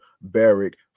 Barrick